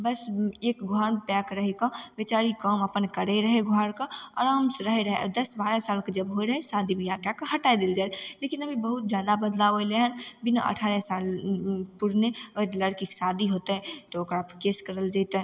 बस एक घरमे पैक रहि कऽ बेचारी काम अपन करय रहय घरके आरामसँ रहय रहय दस बारह सालके जब होइ रहय शादी बियाह कयके हटाय देल जाइ रहय लेकिन अभी बहुत जादा बदलाव एलय हन बिना अठारह साल पुरने अगर लड़कीके शादी होतय तऽ ओकरापर केस करल जेतय